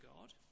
God